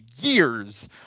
years